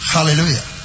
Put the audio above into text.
Hallelujah